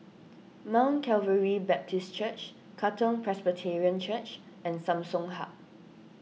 Mount Calvary Baptist Church Katong Presbyterian Church and Samsung Hub